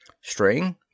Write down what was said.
String